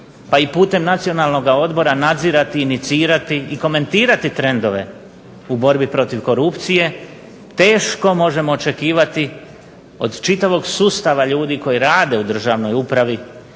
pa i putem Nacionalnoga odbora nadzirati, inicirati i komentirati trendove u borbi protiv korupcije teško možemo očekivati od čitavog sustava ljudi koji rade u državnoj upravi